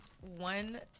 one